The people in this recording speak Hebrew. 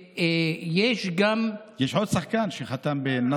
יש גם, יש עוד שחקן שחתם בנצרת.